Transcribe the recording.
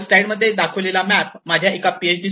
वर स्लाईड मध्ये दाखविलेल्या दाखविलेला मॅप माझ्या एका पीएच